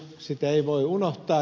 sitä ei voi unohtaa